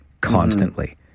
constantly